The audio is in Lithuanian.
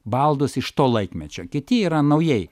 baldus iš to laikmečio kiti yra naujai